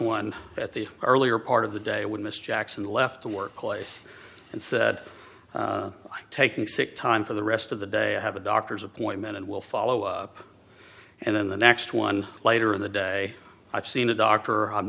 one at the earlier part of the day when miss jackson left the work place and said i'm taking sick time for the rest of the day i have a doctor's appointment and will follow up and then the next one later in the day i've seen a doctor